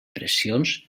pressions